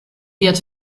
wird